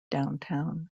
downtown